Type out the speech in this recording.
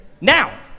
now